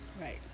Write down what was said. Right